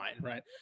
right